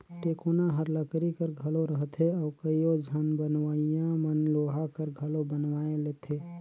टेकोना हर लकरी कर घलो रहथे अउ कइयो झन बनवइया मन लोहा कर घलो बनवाए लेथे